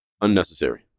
unnecessary